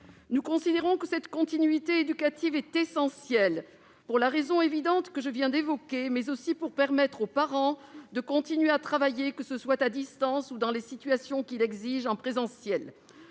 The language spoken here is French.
Nous considérons que cette continuité éducative est essentielle, pour la raison évidente que je viens d'évoquer, mais aussi pour permettre aux parents de continuer à travailler, que ce soit à distance ou, dans les situations qui l'exigent, en présentiel.